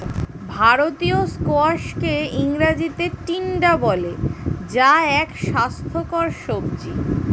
ভারতীয় স্কোয়াশকে ইংরেজিতে টিন্ডা বলে যা এক স্বাস্থ্যকর সবজি